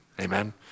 Amen